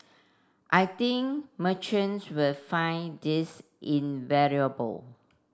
I think merchants will find this invaluable